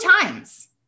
times